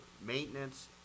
maintenance